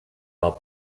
war